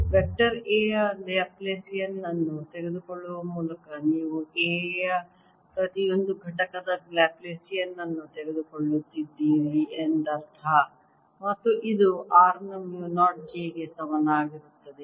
vector A ಯ Laplacian ಅನ್ನು ತೆಗೆದುಕೊಳ್ಳುವ ಮೂಲಕ ನೀವು A ಯ ಪ್ರತಿಯೊಂದು ಘಟಕದ ಲ್ಯಾಪ್ಲಾಸಿಯನ್ ಅನ್ನು ತೆಗೆದುಕೊಳ್ಳುತ್ತಿದ್ದೀರಿ ಎಂದರ್ಥ ಮತ್ತು ಇದು r ನ ಮ್ಯೂ 0 j ಗೆ ಸಮಾನವಾಗಿರುತ್ತದೆ